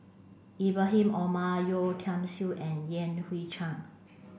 Ibrahim Omar Yeo Tiam Siew and Yan Hui Chang